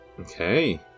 Okay